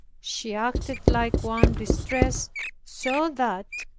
she acted like one distressed so that,